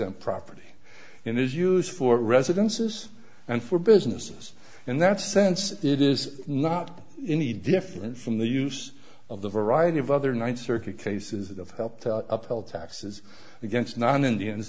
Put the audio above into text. and property and is used for residences and for businesses in that sense it is not any different from the use of the variety of other ninth circuit cases that have helped upheld taxes against non indians